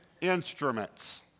instruments